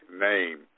name